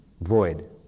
void